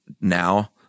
now